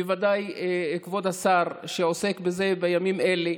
בוודאי כבוד השר שעוסק בזה בימים אלה,